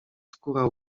skóra